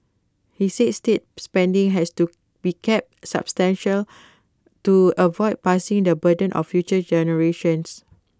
he said state spending has to be kept sustainable to avoid passing the burden of future generations